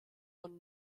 von